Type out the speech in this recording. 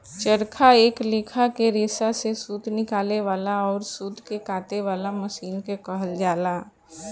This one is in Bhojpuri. चरखा एक लेखा के रेसा से सूत निकाले वाला अउर सूत के काते वाला मशीन के कहल जाला